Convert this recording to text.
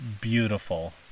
beautiful